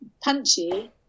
punchy